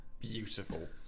beautiful